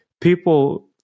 People